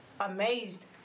amazed